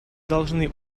должны